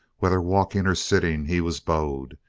whether walking or sitting he was bowed.